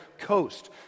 coast